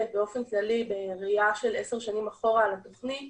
באופן כללי בראייה של עשר שנים אחורה על התוכנית